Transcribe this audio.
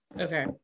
Okay